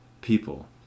people